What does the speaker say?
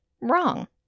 Wrong